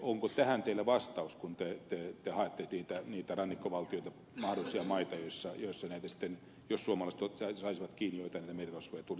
onko tähän teillä vastaus kun te haette niitä rannikkovaltioita mahdollisia maita joissa näitä sitten jos suomalaiset saisivat kiinni joitain merirosvoja tulisi tuomittavaksi